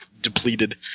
depleted